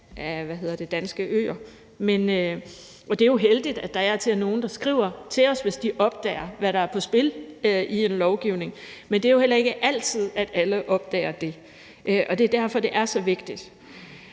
af Danske Småøer, og det er jo heldigt, at der af og til er nogen, der skriver til os, hvis de opdager, hvad der er på spil i en lovgivning. Men det er jo heller ikke altid, at alle opdager det, og det er derfor, det er så vigtigt.